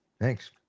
Thanks